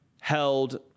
held